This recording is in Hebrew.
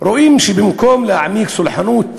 רואים שבמקום להעניק סלחנות